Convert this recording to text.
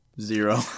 zero